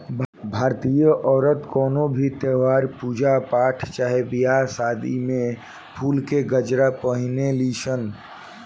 भारतीय औरत कवनो भी त्यौहार, पूजा पाठ चाहे बियाह शादी में फुल के गजरा पहिने ली सन